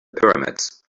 pyramids